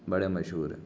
بڑے مشہور ہیں